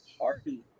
party